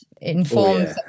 informs